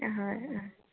হয় অ